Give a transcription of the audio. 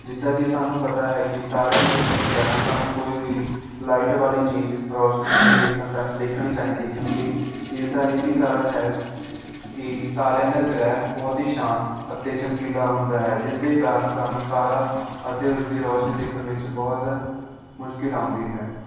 ਜਿੱਦਾਂ ਕਿ ਸਾਨੂੰ ਪਤਾ ਹੈ ਕਿ ਤਾਰਿਆਂ ਨੂੰ ਦੇਖਣ ਤੋਂ ਪਹਿਲਾਂ ਸਾਨੂੰ ਕੋਈ ਵੀ ਲਾਈਟ ਵਾਲੀ ਚੀਜ਼ ਰੌਸ਼ਨੀ ਨਹੀਂ ਦੇਖਣ ਸਾ ਦੇਖਣੀ ਚਾਹੀਦੀ ਕਿਉਂਕਿ ਇਸਦਾ ਇਹ ਵੀ ਕਾਰਨ ਹੈ ਕਿ ਤਾਰਿਆਂ ਦਾ ਗ੍ਰਹਿ ਬਹੁਤ ਹੀ ਸ਼ਾਂਤ ਅਤੇ ਚਮਕੀਲਾ ਹੁੰਦਾ ਹੈ ਜਿਸ ਦੇ ਕਾਰਨ ਸਾਨੂੰ ਤਾਰਾ ਅਤੇ ਉਸਦੀ ਰੌਸ਼ਨੀ ਦੇਖਣ ਵਿੱਚ ਬਹੁਤ ਮੁਸ਼ਕਿਲ ਆਉਂਦੀ ਹੈ